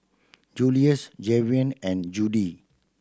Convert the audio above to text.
Juluis Javion and Judi